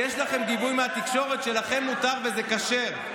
כי יש לכם גיבוי מהתקשורת, שלכם מותר וזה כשר.